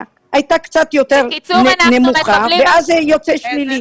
הייתה קצת יותר נמוכה ואז זה יוצא שלילי.